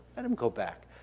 and him go back.